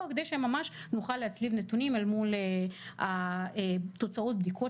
כדי שממש נוכל להצליב נתונים אל מול תוצאות הבדיקות